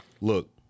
Look